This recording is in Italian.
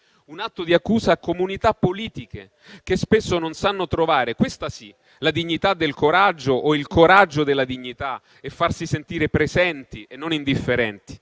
un atto di accusa a comunità politiche, che spesso non sanno trovare, questa sì, la dignità del coraggio o il coraggio della dignità e farsi sentire presenti e non indifferenti,